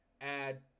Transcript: Add